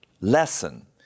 lesson